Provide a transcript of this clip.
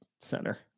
center